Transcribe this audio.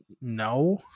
no